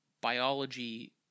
biology